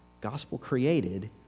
gospel-created